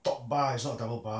top bar is not double bar